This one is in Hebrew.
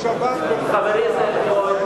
חברי זאב בוים,